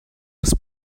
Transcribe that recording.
was